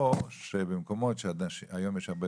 או שבמקומות מסוימים.